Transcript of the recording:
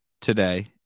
today